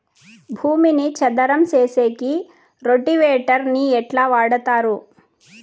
భూమిని చదరం సేసేకి రోటివేటర్ ని ఎట్లా వాడుతారు?